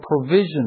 provision